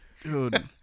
Dude